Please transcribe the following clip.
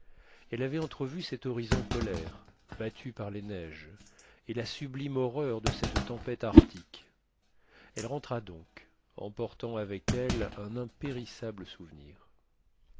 elle avait entrevu cet horizon polaire battu par les neiges et la sublime horreur de cette tempête arctique elle rentra donc emportant avec elle un impérissable souvenir